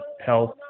health